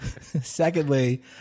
secondly